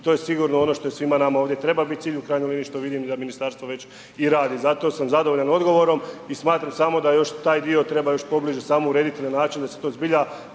i to je sigurno ono što je svima nama ovdje treba biti cilj u krajnjoj liniji što vidim da ministarstvo već i radi. Zato sam zadovoljan odgovorom i smatram samo da još taj dio treba još pobliže samo urediti na način da se to zbilja